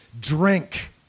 drink